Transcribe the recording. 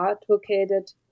advocated